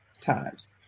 times